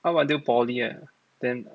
up until poly ah then